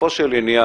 בסופו של עניין